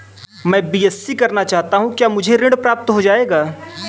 मैं बीएससी करना चाहता हूँ क्या मुझे ऋण प्राप्त हो जाएगा?